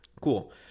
cool